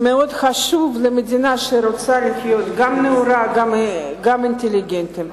מאוד חשוב למדינה שרוצה להיות גם נאורה וגם אינטליגנטית.